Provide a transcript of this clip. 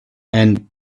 and